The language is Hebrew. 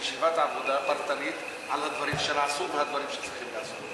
לישיבת עבודה פרטנית על הדברים שנעשו והדברים שצריכים להיעשות.